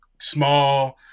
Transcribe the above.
small